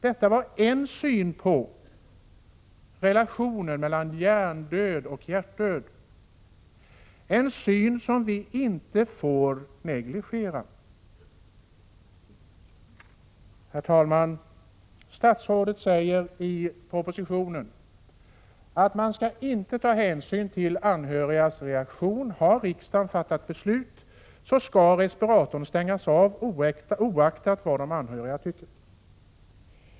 Detta var en syn på relationen mellan hjärndöd och hjärtdöd, en syn som vi inte får negligera. Herr talman! Statsrådet säger i propositionen att man inte skall ta hänsyn till anhörigas reaktion. Har riksdagen fattat beslut, skall respiratorn stängas av, oaktat vad de anhöriga tycker.